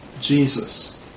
Jesus